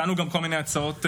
אני מזמין את שר הפנים,